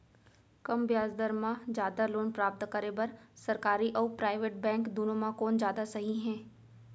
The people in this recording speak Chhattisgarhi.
कम ब्याज दर मा जादा लोन प्राप्त करे बर, सरकारी अऊ प्राइवेट बैंक दुनो मा कोन जादा सही हे?